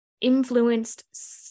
influenced